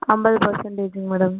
ஐம்பது பர்சன்டேஜ்ங்க மேடம்